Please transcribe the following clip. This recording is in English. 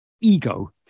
ego